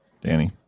Danny